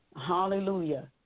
Hallelujah